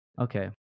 okay